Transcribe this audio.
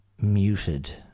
muted